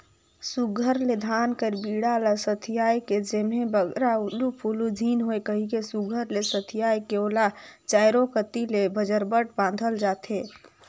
सुग्घर ले धान कर बीड़ा ल सथियाए के जेम्हे बगरा उलु फुलु झिन होए कहिके सुघर ले सथियाए के ओला चाएरो कती ले बजरबट बाधल जाथे